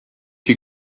you